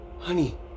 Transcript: Honey